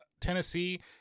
Tennessee